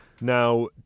now